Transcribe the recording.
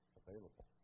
available